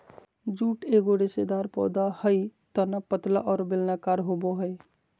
jute एगो रेशेदार पौधा हइ तना पतला और बेलनाकार होबो हइ